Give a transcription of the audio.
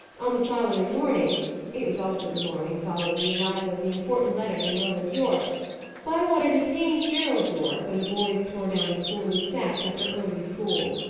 on the following morning it was also the morning following the arrival of the important letter from roland yorke bywater detained gerald yorke when the boys tore down the schoolroom steps after early school.